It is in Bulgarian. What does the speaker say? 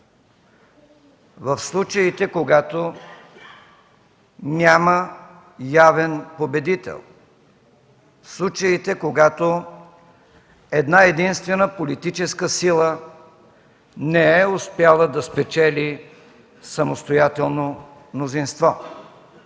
в случаите, когато няма явен победител, в случаите когато една-единствена политическа сила не е успяла да спечели самостоятелно мнозинство.